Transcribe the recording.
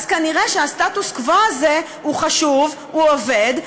אז כנראה הסטטוס-קוו הזה חשוב והוא עובד,